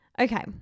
Okay